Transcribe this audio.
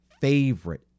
favorite